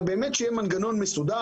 שיהיה מנגנון מסודר,